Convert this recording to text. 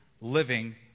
living